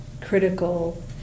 critical